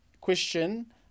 question